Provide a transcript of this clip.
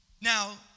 Now